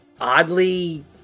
oddly